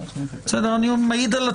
אני מעיד על עצמי,